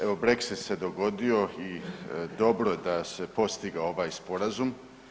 Evo, Brexit se dogodio i dobro da se postigao ovaj Sporazum.